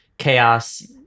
chaos